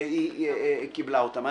והיא קיבלה אותם.